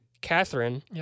Catherine